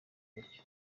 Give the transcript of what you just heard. gutyo